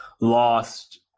lost